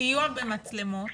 סיוע במצלמות,